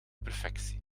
perfectie